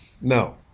No